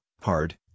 hard